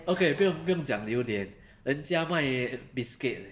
okay 不不要讲榴莲人家卖 biscuit eh